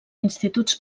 instituts